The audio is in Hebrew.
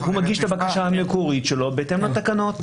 הוא מגיש את הבקשה המקורית שלו בהתאם לתקנות.